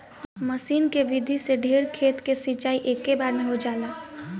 मसीन के विधि से ढेर खेत के सिंचाई एकेबेरे में हो जाला